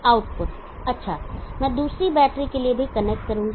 अब आउटपुट अच्छा मैं दूसरी बैटरी के लिए भी कनेक्ट करूंगा